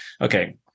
okay